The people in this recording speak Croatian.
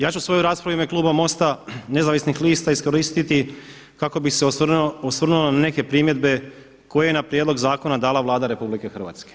Ja ću svoju raspravu u ime kluba MOST-a nezavisnih lista iskoristiti kako bih se osvrnuo na neke primjedbe koje je na prijedlog zakona dala Vlada RH.